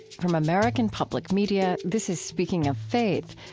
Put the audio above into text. from american public media, this is speaking of faith,